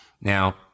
now